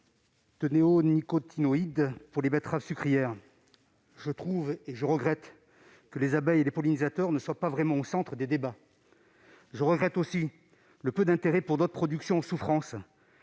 de néonicotinoïdes pour les betteraves sucrières. Je regrette que les abeilles et les pollinisateurs ne soient pas au centre des débats. Je regrette le peu d'intérêt pour d'autres productions en souffrance